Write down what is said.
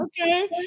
Okay